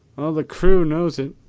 all the crew knows it.